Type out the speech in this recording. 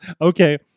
okay